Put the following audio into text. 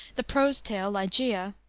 the prose tale, ligeia,